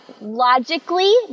logically